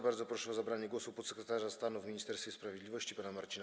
Bardzo proszę o zabranie głosu podsekretarza stanu w Ministerstwie Sprawiedliwości pana Marcina